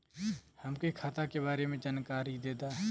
हमके खाता के बारे में जानकारी देदा?